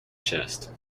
chest